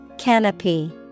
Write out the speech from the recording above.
Canopy